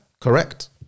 Correct